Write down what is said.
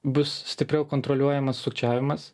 bus stipriau kontroliuojamas sukčiavimas